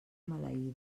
maleïda